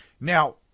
Now